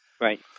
Right